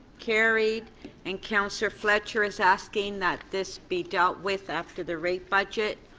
carried and councillor fletcher is asking that this be dealt with after the rate budget.